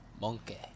Monkey